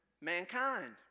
mankind